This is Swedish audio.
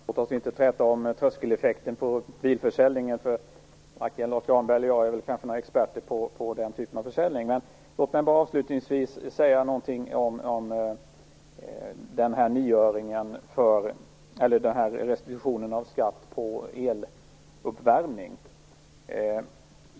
Fru talman! Låt oss inte träta om tröskeleffekten i bilförsäljningen. Varken Lars U Granberg eller jag är expert på den typen av försäljning. Låt mig avslutningsvis säga någonting om restitutionen av skatt på eluppvärmning.